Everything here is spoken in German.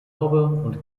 sowie